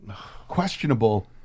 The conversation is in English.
questionable